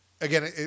again